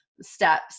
steps